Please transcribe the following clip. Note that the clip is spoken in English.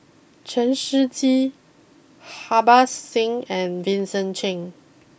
Chen Shiji Harbans Singh and Vincent Cheng